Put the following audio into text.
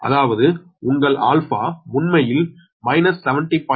அதாவது உங்கள் α உண்மையில் 70